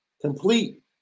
complete